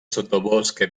sotobosque